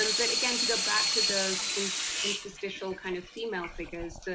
um but again, to go back to those and interstitial kind of female figures,